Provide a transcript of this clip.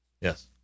Yes